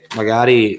magari